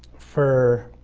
for